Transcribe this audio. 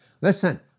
Listen